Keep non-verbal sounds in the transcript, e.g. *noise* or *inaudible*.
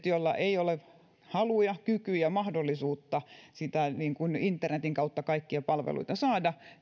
*unintelligible* joilla ei ole haluja kykyjä tai mahdollisuutta internetin kautta kaikkia palveluita saada